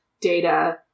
Data